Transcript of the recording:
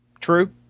True